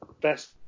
Best